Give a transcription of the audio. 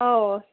हो